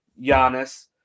Giannis